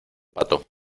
pato